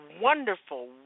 wonderful